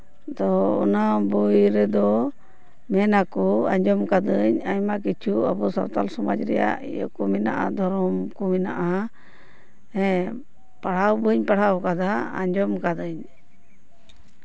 ᱛᱚ ᱚᱱᱟ ᱵᱳᱭ ᱨᱮᱫᱚ ᱢᱮᱱ ᱟᱠᱚ ᱟᱸᱡᱚᱢ ᱠᱟᱹᱫᱟᱹᱧ ᱟᱭᱢᱟ ᱠᱤᱪᱷᱩ ᱟᱵᱚ ᱥᱟᱱᱛᱟᱞ ᱥᱚᱢᱟᱡᱽ ᱨᱮᱭᱟᱜ ᱤᱭᱟᱹ ᱠᱚ ᱢᱮᱱᱟᱜᱼᱟ ᱫᱷᱚᱨᱚᱢ ᱠᱚ ᱢᱮᱱᱟᱜᱼᱟ ᱦᱮᱸ ᱯᱟᱲᱦᱟᱣ ᱵᱟᱹᱧ ᱯᱟᱲᱦᱟᱣ ᱠᱟᱫᱟ ᱟᱸᱡᱚᱢ ᱠᱟᱹᱫᱟᱹᱧ